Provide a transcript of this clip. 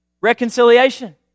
Reconciliation